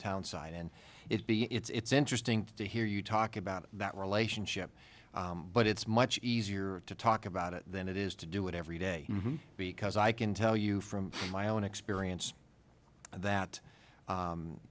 town side and it be it's interesting to hear you talk about that relationship but it's much easier to talk about it than it is to do it every day because i can tell you from my own experience that